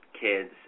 kids